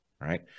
Right